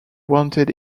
wanted